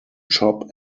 chop